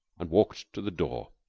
and walked to the door.